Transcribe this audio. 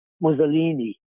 Mussolini